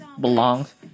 belongs